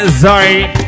Sorry